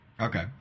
Okay